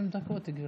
20 דקות, גברתי.